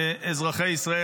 אזרחי ישראל,